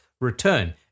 return